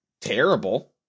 terrible